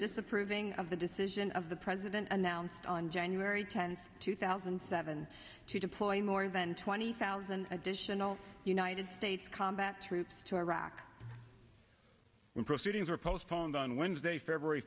disapproving of the decision of the president announced on january tenth two thousand and seven to deploy more than twenty thousand additional united states combat troops to iraq when proceedings were postponed on wednesday february